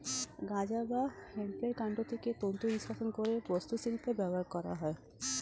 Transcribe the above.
গাঁজা বা হেম্পের কান্ড থেকে তন্তু নিষ্কাশণ করে বস্ত্রশিল্পে ব্যবহার করা হয়